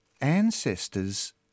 ancestors